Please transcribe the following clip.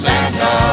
Santa